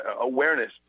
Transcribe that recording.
awareness